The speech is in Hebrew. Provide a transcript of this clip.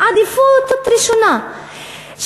עדיפות ראשונה.